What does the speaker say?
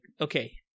okay